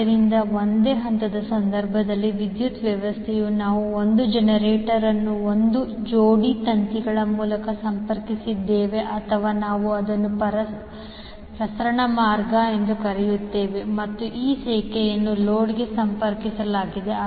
ಆದ್ದರಿಂದ ಒಂದೇ ಹಂತದ ಸಂದರ್ಭದಲ್ಲಿ ವಿದ್ಯುತ್ ವ್ಯವಸ್ಥೆಯು ನಾವು 1 ಜನರೇಟರ್ ಅನ್ನು ಒಂದು ಜೋಡಿ ತಂತಿಗಳ ಮೂಲಕ ಸಂಪರ್ಕಿಸಿದ್ದೇವೆ ಅಥವಾ ನಾವು ಅದನ್ನು ಪ್ರಸರಣ ಮಾರ್ಗ ಎಂದು ಕರೆಯುತ್ತೇವೆ ಮತ್ತು ಈ ರೇಖೆಯನ್ನು ಲೋಡ್ಗೆ ಸಂಪರ್ಕಿಸಲಾಗಿದೆ